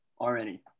already